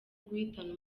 guhitana